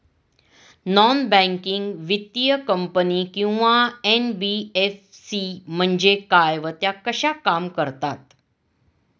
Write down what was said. Non banking वित्तीय company किंवा NBFC म्हणजे काय व त्या कशा काम करतात?